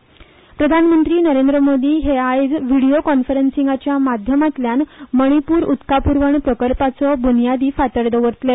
पीएम मणिपूर प्रधानमंत्री नरेंद्र मोदी हे आयज व्हिडिओ कॉन्फरंसिंगाच्या माध्यमातल्यान मणिपूर उदका पुरवण प्रकल्पाचो बुनयादी फातर दवरतले